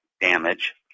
damage